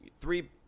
three